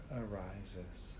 arises